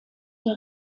der